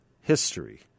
history